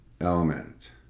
element